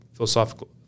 philosophical